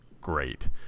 great